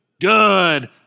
good